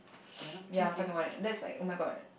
ya I'm talking about that that's like oh-my-god